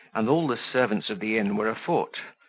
and all the servants of the inn were afoot.